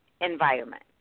environment